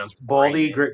Baldy